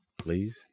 please